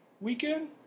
weekend